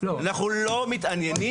אנחנו לא מתעניינים.